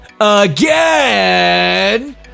Again